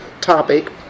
topic